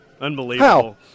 Unbelievable